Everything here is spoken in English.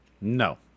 no